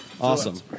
Awesome